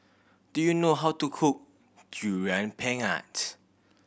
do you know how to cook Durian Pengat